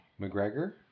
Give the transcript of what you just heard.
McGregor